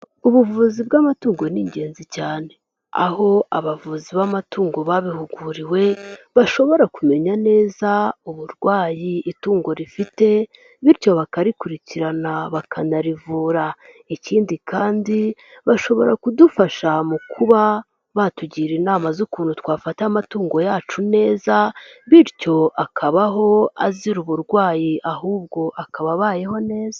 Ubuvuzi bw'amatungo ni ingenzi cyane. Aho abavuzi b'amatungo babihuguriwe bashobora kumenya neza uburwayi itungo rifite bityo bakarikurikirana bakanarivura. Ikindi kandi bashobora kudufasha mu kuba batugira inama z'ukuntu twafata amatungo yacu neza, bityo akabaho azira uburwayi ahubwo akaba abayeho neza.